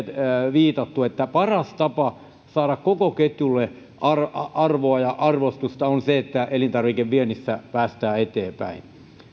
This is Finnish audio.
viitattu että paras tapa saada koko ketjulle arvoa ja arvostusta on se että elintarvikeviennissä päästään eteenpäin